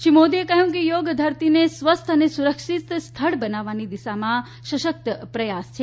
શ્રી મોદીએ કહ્યું કે યોગ ધરતીને સ્વસ્થ અને સુરક્ષિત સ્થળ બનાવવાની દિશામાં સશક્ત પ્રયાસ છે